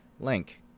Link